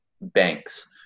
banks